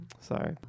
Sorry